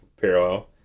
parallel